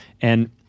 And-